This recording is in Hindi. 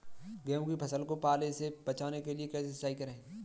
गेहूँ की फसल को पाले से बचाने के लिए कैसे सिंचाई करें?